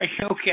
okay